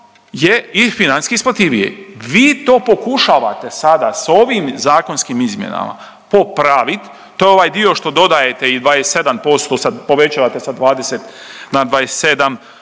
je i financijski isplativije. Vi to pokušavate sada s ovim zakonskim izmjenama popravit, to je ovaj dio što dodajete i 27% sad povećavate sa 20 na 27,